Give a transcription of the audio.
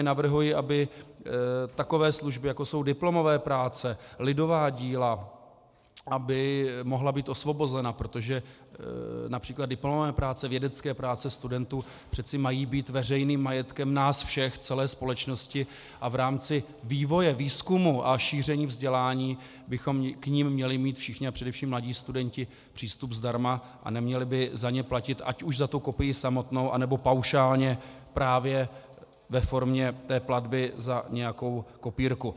Navrhuji, aby takové služby, jako jsou diplomové práce, lidová díla, mohly být osvobozeny, protože například diplomové práce, vědecké práce studentů mají být přece veřejným majetkem nás všech, celé společnosti, a v rámci vývoje, výzkumu a šíření vzdělání bychom k nim měli mít všichni, a především mladí studenti, přístup zdarma a neměli by za ně platit, ať už za kopii samotnou, nebo paušálně právě ve formě platby za nějakou kopírku.